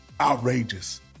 outrageous